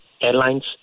airlines